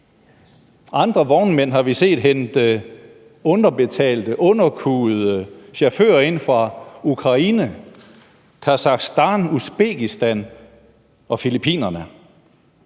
Andre vognmænd har vi set hente underbetalte, underkuede chauffører ind fra Ukraine, Kasakhstan, Usbekistan og Filippinerne.